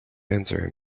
answer